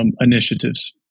initiatives